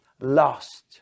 Lost